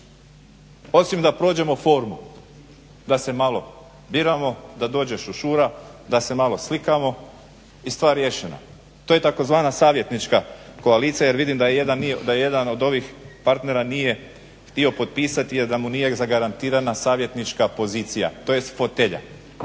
osim da prođemo formu da se malo biramo, da dođe Šušura, da se malo slikamo i stvar riješena. To je tzv. savjetnička koalicija jer vidim da jedan od ovih partnera nije htio potpisati, jer da mu nije zagarantirana savjetnička pozicija, tj. fotelja.